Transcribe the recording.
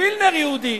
וגם וילנר יהודי.